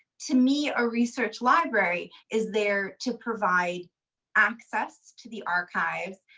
to me a research library is there to provide access to the archives,